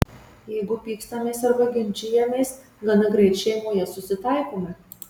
jeigu pykstamės arba ginčijamės gana greit šeimoje susitaikome